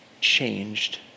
changed